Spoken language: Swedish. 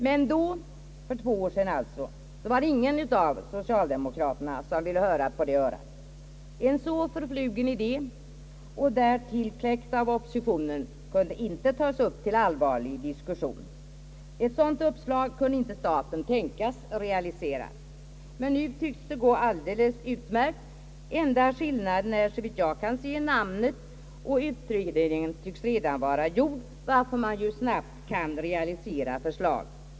Men då, för två år sedan alltså, var det ingen av socialdemokraterna som ville höra på det örat — en så förflugen idé och därtill kläckt av oppositionen kunde inte tas upp till allvarlig diskussion. Ett sådant uppslag kunde staten inte tänkas realisera, men nu tycks det gå alldeles utmärkt. Enda skillnaden är, såvitt jag kan se, namnet, och utredningen tycks redan vara klar, varför förslaget snabbt kan realiseras.